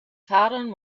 taran